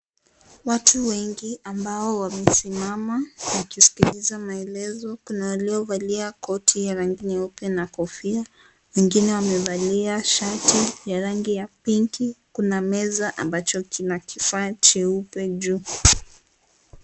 Watu wengi ambao wamesimama wakisikiliza maelezo. Kuna waliovalia koti ya rangi nyeupe na kofia, wengine wamevalia shati ya rangi ya pinki. Kuna meza ambacho kina kifaa cheupe juu.